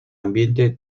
ambiente